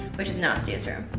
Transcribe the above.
which is nastia's room.